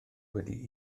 wedi